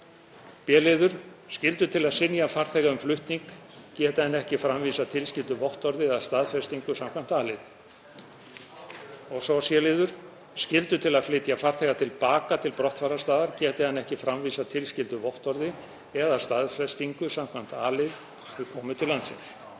b. Skyldu til að synja farþega um flutning geti hann ekki framvísað tilskildu vottorði eða staðfestingu skv. a-lið. c. Skyldu til að flytja farþega til baka til brottfararstaðar geti hann ekki framvísað tilskildu vottorði eða staðfestingu skv. a-lið við komu til landsins.